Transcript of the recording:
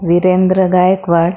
Virendra Gaikwad